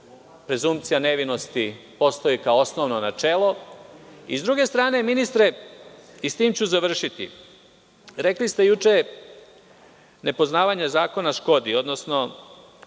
prezumpkcija nevinosti postoji kao osnovno načelo. Sa druge strane, ministre, rekli ste juče nepoznavanje zakona škodi, odnosno